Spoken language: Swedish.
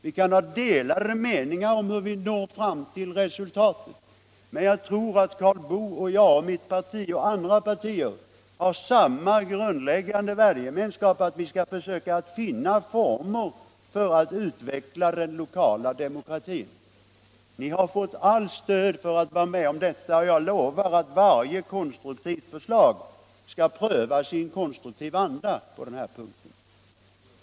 Vi kan ha delade meningar om hur man når fram till resultaten, men jag tror att Karl Boo och jag och mitt parti och andra partier har en grundläggande värdegemenskap, att vi vill försöka nå former för att utveckla den lokala demokratin. Ni har fått allt stöd till det, och jag lovar att varje konstruktivt förslag skall prövas i konstruktiv anda på den här punkten.